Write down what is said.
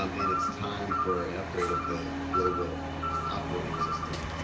um and it's time for an upgrade of the global operating system.